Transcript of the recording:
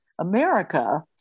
America